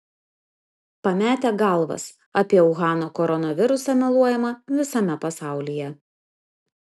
pametę galvas apie uhano koronavirusą meluojama visame pasaulyje